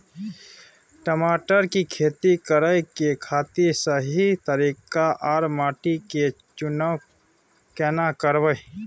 टमाटर की खेती करै के खातिर सही तरीका आर माटी के चुनाव केना करबै?